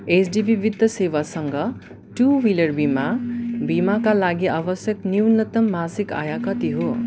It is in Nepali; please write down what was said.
एचडिबी वित्त सेवासँग टू व्हिलर बिमा बिमाका लागि आवश्यक न्यूनतम मासिक आय कति हो